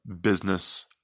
business